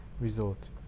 result